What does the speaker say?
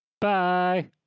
Bye